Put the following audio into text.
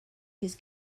his